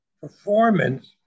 performance